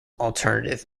alternative